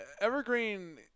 Evergreen